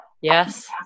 Yes